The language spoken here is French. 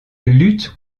lutte